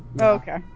okay